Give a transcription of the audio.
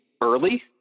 early